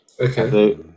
Okay